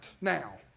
now